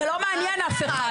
זה לא מעניין אף אחד.